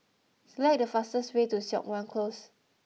select the fastest way to Siok Wan Close